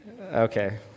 Okay